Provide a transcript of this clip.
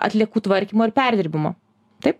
atliekų tvarkymo ir perdirbimo taip